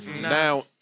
Now